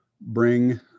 bring